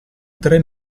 tre